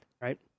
Right